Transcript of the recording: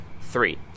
three